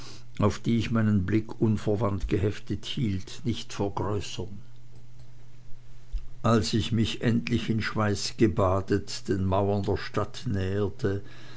auf die ich meinen blick unverwandt geheftet hielt nicht vergrößern als ich mich endlich in schweiß gebadet den mauern der stadt näherte